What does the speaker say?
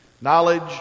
Knowledge